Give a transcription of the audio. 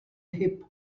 chyb